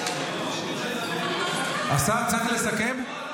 השר צריך לסכם?